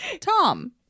Tom